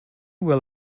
were